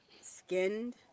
skinned